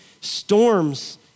storms